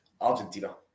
Argentina